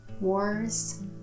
Wars